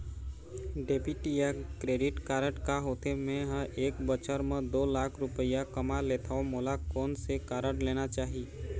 Debit या credit card का होथे, मे ह एक बछर म दो लाख रुपया कमा लेथव मोला कोन से कारड लेना चाही?